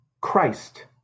Christ